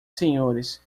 senhores